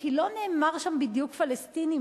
כי לא נאמר שם בדיוק פלסטינים,